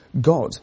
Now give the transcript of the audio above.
God